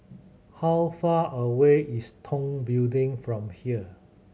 how far away is Tong Building from here